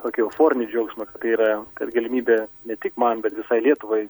tokį euforinį džiaugsmą tai yra kad galimybė ne tik man bet visai lietuvai